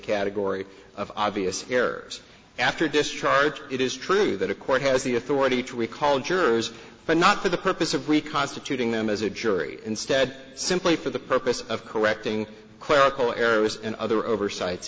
category of obvious errors after discharge it is true that a court has the authority to recall jurors but not for the purpose of reconstituting them as a jury instead simply for the purpose of correcting clerical errors and other oversight